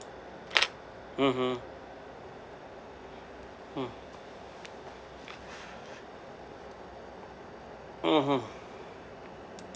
mmhmm hmm mmhmm